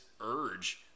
urge